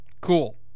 Cool